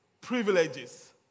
privileges